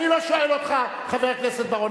אני לא שואל אותך, חבר הכנסת בר-און.